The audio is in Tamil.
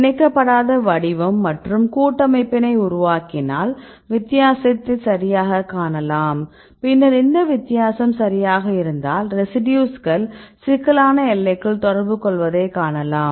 பிணைக்கபடாத வடிவம் மற்றும் கூட்டமைப்பினை உருவாக்கினால் வித்தியாசத்தை சரியாகக் காணலாம் பின்னர் இந்த வித்தியாசம் சரியாக இருந்தால் ரெசிடியூஸ்கள் சிக்கலான எல்லைக்குள் தொடர்புகொள்வதைக் காணலாம்